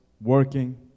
working